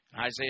Isaiah